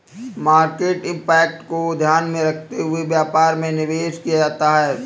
market impact को ध्यान में रखते हुए व्यापार में निवेश किया जाता है